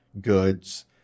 goods